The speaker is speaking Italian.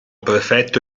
prefetto